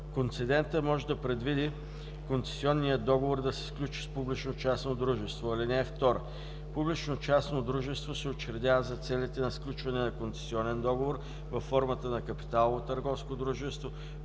Концедентът може да предвиди концесионният договор да се сключи с публично-частно дружество. (2) Публично-частно дружество се учредява за целите на сключване на концесионен договор във формата на капиталово търговско дружество,